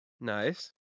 Nice